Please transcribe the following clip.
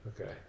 Okay